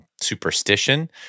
superstition